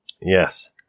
Yes